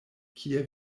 kie